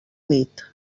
nit